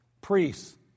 priests